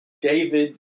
David